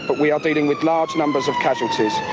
we are dealing with large numbers of casualties.